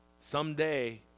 Someday